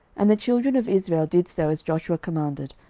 and the children of israel did so as joshua commanded,